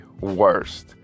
worst